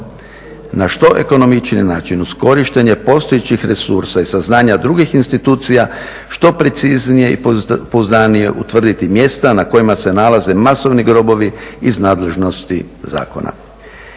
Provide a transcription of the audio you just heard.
na što ekonomičniji način uz korištenje postojećih resursa i saznanja drugih institucija što preciznije i pouzdanije utvrditi mjesta na kojima se nalaze masovni grobovi iz nadležnosti zakona.